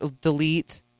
delete